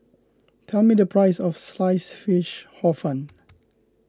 tell me the price of Sliced Fish Hor Fun